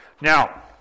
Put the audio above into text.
Now